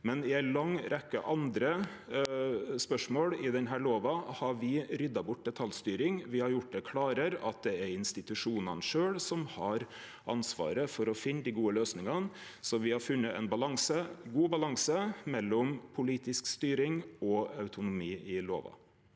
I ei lang rekkje andre spørsmål i denne lova har me rydda bort detaljstyring. Me har gjort det klarare at det er institusjonane sjølve som har ansvaret for å finne dei gode løysingane. Me har funne ein god balanse mellom politisk styring og autonomi i lova.